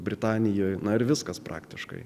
britanijoje na ir viskas praktiškai